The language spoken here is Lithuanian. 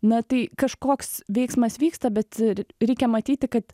na tai kažkoks veiksmas vyksta bet reikia matyti kad